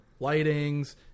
lightings